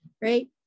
right